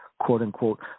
quote-unquote